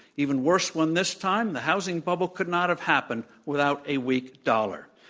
even worse one this time. the housing bubble could not have happened without a weak dollar.